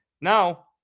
Now